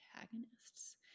antagonists